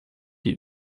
die